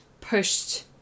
pushed